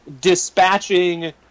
dispatching